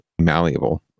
malleable